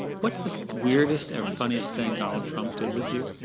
what's the weirdest or funniest thing donald trump did with you?